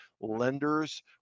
lenders